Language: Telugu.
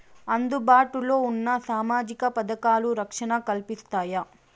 అందుబాటు లో ఉన్న సామాజిక పథకాలు, రక్షణ కల్పిస్తాయా?